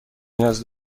نیاز